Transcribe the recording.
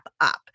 up